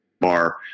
bar